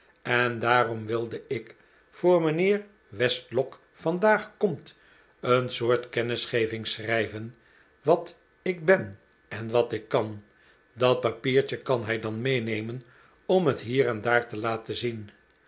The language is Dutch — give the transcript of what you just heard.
en daarom wilde ik voor mijnheer westlock vandaag komt een soort kennisgeving schrijven wat ik ben en wat ik kan dat papiertje kan hij dan meenemen om het hier en daar te laten zien